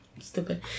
Stupid